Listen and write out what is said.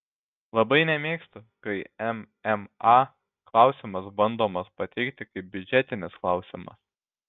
labai nemėgstu kai mma klausimas bandomas pateikti kaip biudžetinis klausimas